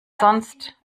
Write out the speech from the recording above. sonst